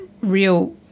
real